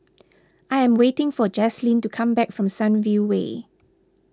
I am waiting for Jaslyn to come back from Sunview Way